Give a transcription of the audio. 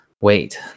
wait